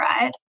right